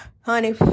Honey